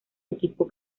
equipo